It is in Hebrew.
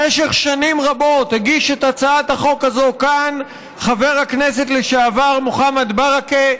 במשך שנים רבות הגיש את הצעת החוק הזאת כאן חבר הכנסת לשעבר מוחמד ברכה.